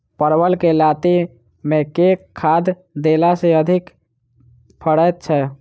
परवल केँ लाती मे केँ खाद्य देला सँ अधिक फरैत छै?